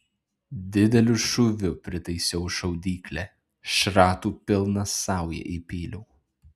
dideliu šūviu pritaisiau šaudyklę šratų pilną saują įpyliau